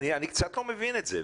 אני קצת לא מבין את זה.